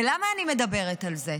ולמה אני מדברת על זה?